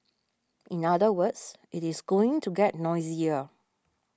in other words it is going to get noisier